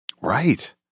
Right